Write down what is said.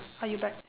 are you back